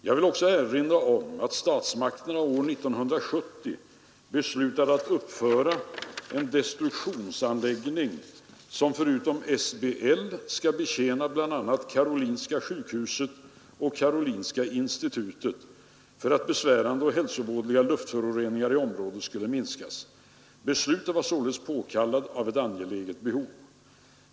Jag vill också erinra om att statsmakterna år 1970 beslutade att uppföra en destruktionsanläggning, som förutom SBL skall betjäna bl.a. Karolinska sjukhuset och Karolinska institutet, för att besvärande och hälsovådliga luftföroreningar i området skulle minskas. Beslutet var således påkallat av ett angeläget behov.